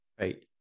Right